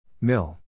Mill